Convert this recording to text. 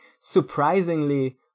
surprisingly